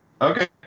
Okay